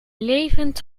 levend